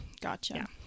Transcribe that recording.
gotcha